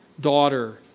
daughter